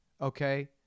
Okay